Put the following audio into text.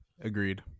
Agreed